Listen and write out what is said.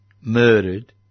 murdered